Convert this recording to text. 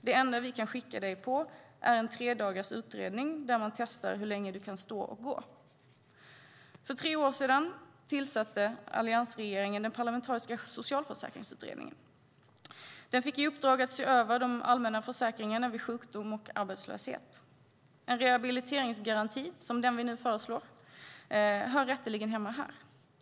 Det enda vi kan skicka dig på är en tredagars utredning där man testar hur länge du kan stå och gå. För tre år sedan tillsatte alliansregeringen den parlamentariska socialförsäkringsutredningen. Den fick i uppdrag att se över de allmänna försäkringarna vid sjukdom och arbetslöshet. En rehabiliteringsgaranti som den vi nu föreslår hör rätteligen hemma här.